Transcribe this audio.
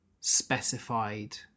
specified